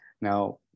Now